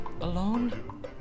alone